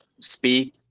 speak